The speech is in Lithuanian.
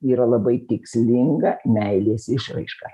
yra labai tikslinga meilės išraiška